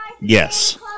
Yes